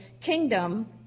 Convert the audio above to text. kingdom